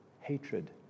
hatred